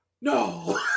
no